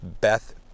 Beth